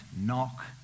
Knock